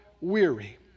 weary